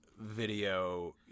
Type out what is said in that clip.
video